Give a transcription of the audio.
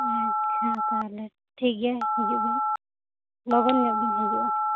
ᱟᱪᱪᱷᱟ ᱛᱟᱦᱚᱞᱮ ᱴᱷᱤᱠ ᱜᱮᱭᱟ ᱦᱤᱡᱩᱜ ᱵᱮᱱ ᱞᱚᱜᱚᱱ ᱧᱚᱜ ᱵᱤᱱ ᱦᱤᱡᱩᱜᱼᱟ